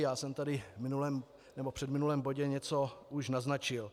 Já jsem tady v minulém nebo předminulém bodě něco už naznačil.